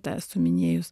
tą esu minėjus